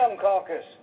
caucus